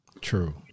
True